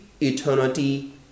eternity